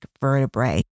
vertebrae